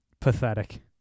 Pathetic